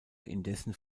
indessen